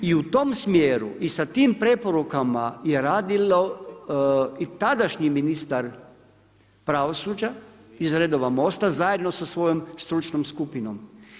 I u tom smjeru i sa tim preporukama je radio i tadašnji ministar pravosuđa iz redova Mosta zajedno sa svojom stručnom skupinom.